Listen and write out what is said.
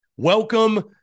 Welcome